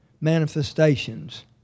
manifestations